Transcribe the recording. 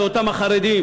זה אותם החרדים,